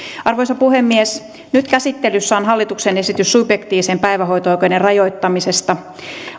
arvoisa puhemies nyt käsittelyssä on hallituksen esitys subjektiivisen päivähoito oikeuden rajoittamisesta